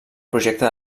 projecte